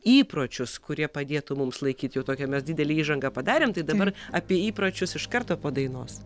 įpročius kurie padėtų mums laikyt jau tokią mes didelę įžangą padarėm tai dabar apie įpročius iš karto po dainos